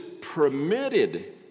permitted